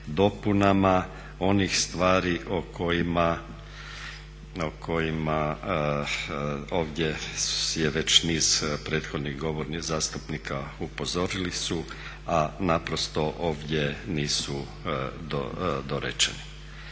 onih stvari o kojima ovdje je već niz prethodnih govornika, zastupnika upozorili su a naprosto ovdje nisu dorečeni.